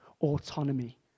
autonomy